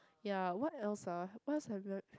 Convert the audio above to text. ya what else ah what's have